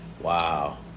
Wow